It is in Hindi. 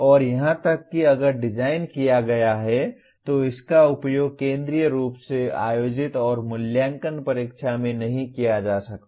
और यहां तक कि अगर डिज़ाइन किया गया है तो इसका उपयोग केंद्रीय रूप से आयोजित और मूल्यांकन परीक्षा में नहीं किया जा सकता